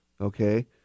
Okay